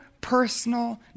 personal